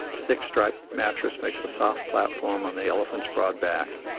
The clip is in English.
a thick, striped mattress makes a soft platform on the elephant's broad back,